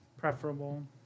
preferable